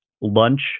lunch